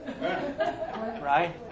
Right